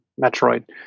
metroid